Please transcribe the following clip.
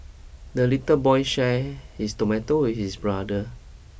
the little boy share his tomato with his brother